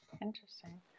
Interesting